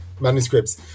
manuscripts